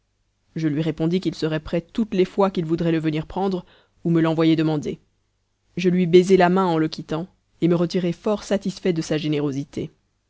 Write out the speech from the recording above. je lui répondis qu'il serait prêt toutes les fois qu'il voudrait le venir prendre ou me l'envoyer demander je lui baisai la main en le quittant et me retirai fort satisfait de sa générosité